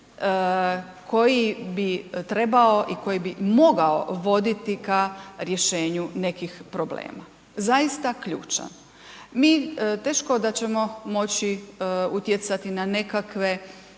koji bi trebao i koji bi mogao voditi ka rješenju nekih problema. Zaista ključan. Mi teško da ćemo moći utjecati na nekakve,